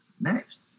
Next